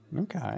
Okay